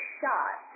shot